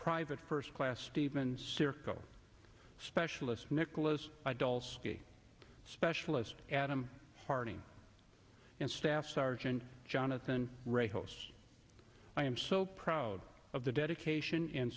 private first class stevens specialist nicholas dolls specialist adam harding and staff sergeant jonathan ross i am so proud of the dedication and